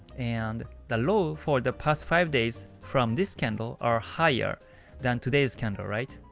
and the low for the past five days from this candle are higher than today's candle, right?